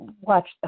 watch